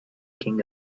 king